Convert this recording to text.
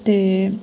ते